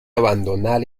abandonar